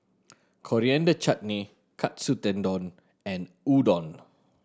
Coriander Chutney Katsu Tendon and Udon